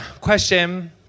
Question